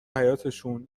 حیاطشون